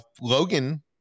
Logan